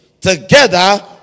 together